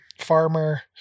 farmer